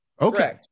Okay